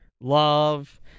Love